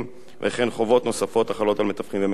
וכן חובות נוספות החלות על מתווכים במקרקעין,